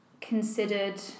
considered